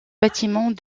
bâtiments